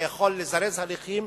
זה יכול לזרז הליכים,